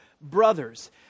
brothers